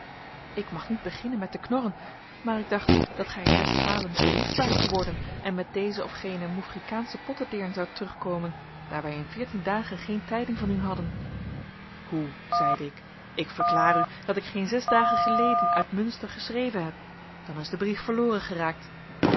ik mag niet beginnen met te knorren maar ik dacht dat gij in westfalen verliefd waart geworden en met deze of gene moeffrikaansche pottedeern zoudt terugkomen daar wij in veertien dagen geen tijding van u hadden hoe zeide ik ik verklaar u dat ik geen zes dagen geleden uit munster geschreven heb dan is de brief verloren geraakt